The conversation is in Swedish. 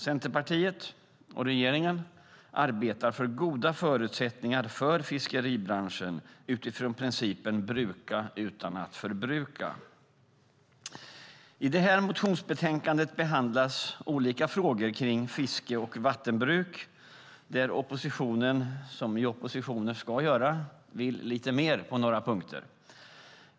Centerpartiet - och regeringen - arbetar för goda förutsättningar för fiskeribranschen utifrån principen bruka utan att förbruka. I det här motionsbetänkandet behandlas olika frågor kring fiske och vattenbruk. Oppositionen vill, som oppositioner ska, lite mer på några punkter.